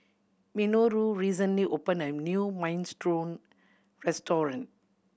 Minoru recently opened a new Minestrone Restaurant